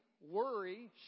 worry